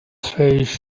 face